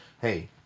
hey